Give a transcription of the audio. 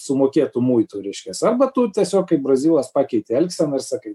sumokėtų muitų reiškias arba tu tiesiog kaip brazilas pakeiti elgseną ir sakai